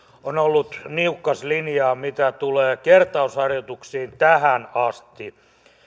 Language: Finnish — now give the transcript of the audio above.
on ollut niukkaslinjaa mitä tulee kertausharjoituksiin tähän asti